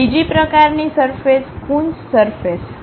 બીજી પ્રકારની સરફેસ કુન્સ સરફેસ છે